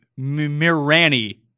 Mirani